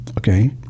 Okay